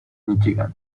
michigan